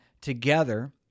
together